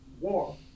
war